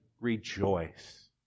rejoice